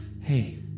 Hey